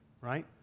right